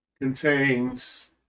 contains